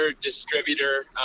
distributor